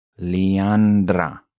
Leandra